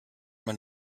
man